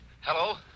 Hello